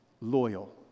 loyal